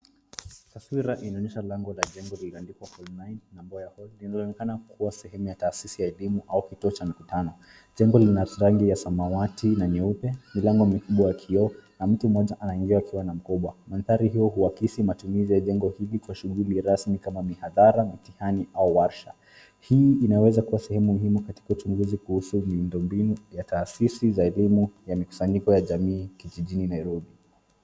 Taswira inaonyesha lango la jengo lililoandikwa Four Nine na ambayo inaonekana kuwa sehemu ya taasisi ya elimu au kituo cha mkutano. Jengo lina rangi ya samawati na nyeupe, milango mikubwa ya kioo na mtu mmoja anaingia akiwa na mkoba. Mandhari hiyo huakisi matumizi ya jengo hili kwa shughuli rasmi kama mihadhara, mitihani au warsha. Hii inaweza kuwa sehemu muhimu katika uchunguzi kuhusu miundo mbinu ya taasisi za elimu ya mkusanyiko wa jamii kijijini Nairobi.